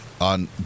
on